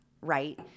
right